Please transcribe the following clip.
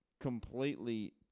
completely